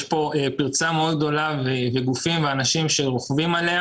יש כאן פרצה מאוד גדולה לגופים ואנשים שרוכשים עליה